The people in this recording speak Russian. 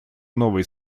новой